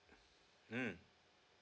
mm